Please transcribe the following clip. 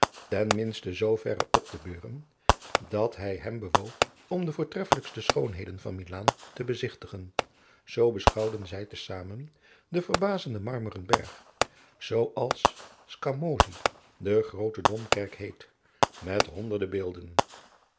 ten minste zooverre op te beuren dat hij hem bewoog om de voortreffelijkste schoonheden van milaan te bezigtigen zoo beschouwden zij te zamen den verbazenden marmeren berg zoo als scamozzi de groote domkerk adriaan loosjes pzn het leven van maurits lijnslager heet met honderde beelden